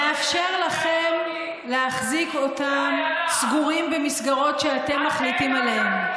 מאפשר לכם להחזיק אותם סגורים במסגרת שאתם מחליטים עליהן.